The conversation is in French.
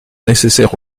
nécessaires